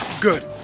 good